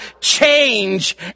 change